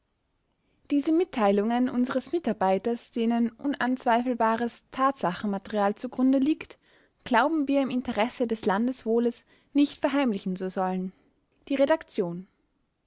diese mitteilungen unseres mitarbeiters denen unanzweifelbares tatsachenmaterial zugrunde liegt glauben wir im interesse des landeswohles nicht verheimlichen zu sollen die redaktion